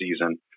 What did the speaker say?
season